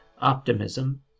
optimism